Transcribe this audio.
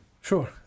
sure